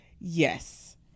yes